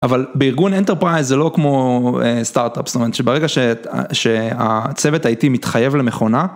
אבל בארגון אינטרפרייז זה לא כמו סטארט-אפס, זאת אומרת שברגע שהצוות האיטי מתחייב למכונה.